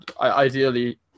ideally